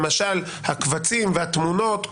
למשל הקבצים והתמונות,